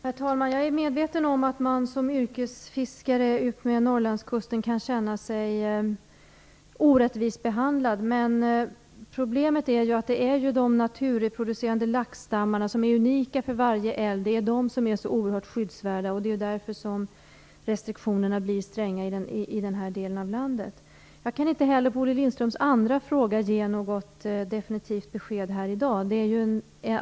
Herr talman! Jag är medveten om att man som yrkesfiskare utmed Norrlandskusten kan känna sig orättvist behandlad. Problemet är att det är de naturreproducerade laxstammarna, som är unika för varje älv, som är så oerhört skyddsvärda. Det är därför som restriktionerna blir stränga i den här delen av landet. Jag kan inte heller ge något definitivt besked på Olle Lindströms andra fråga här i dag.